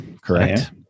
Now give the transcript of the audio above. correct